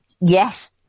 Yes